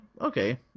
okay